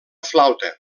flauta